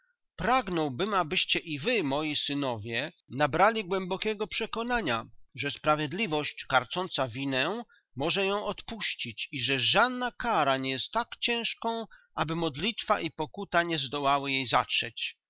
wiarą pragnąłbym abyście i wy moi synowie nabrali głębokiego przekonania że sprawiedliwość karcąca winę może ją odpuścić i że żadna kara nie jest tak ciężką aby modlitwa i pokuta nie zdołały jej zatrzeć